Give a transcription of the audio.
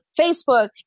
Facebook